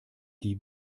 die